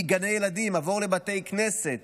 מגני ילדים עבור לבתי כנסת,